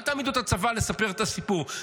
אל תעמידו את הצבא לספר את הסיפור,